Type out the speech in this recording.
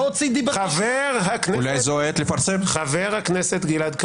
חבר הכנסת גלעד -- הוא לא הוציא דיבתו של אף אחד.